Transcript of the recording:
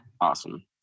Awesome